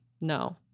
no